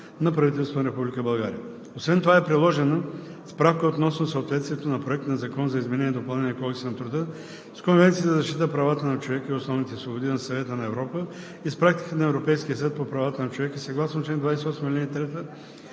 на правителството на Република България. Освен това е приложена справка относно съответствието на Проект на закон за изменение и допълнение на Кодекса на труда с Конвенцията за защита правата на човека и основните свободи на Съвета на Европа и с практиката на Европейския съд по правата на човека съгласно чл. 28,